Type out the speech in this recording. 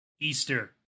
Easter